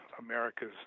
America's